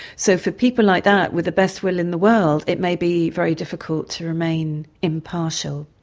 so for people like that, with the best will in the world, it may be very difficult to remain impartial.